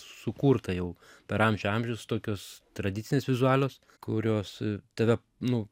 sukurta jau per amžių amžius tokios tradicinės vizualios kurios tave nu